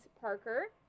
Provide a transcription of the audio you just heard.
Parker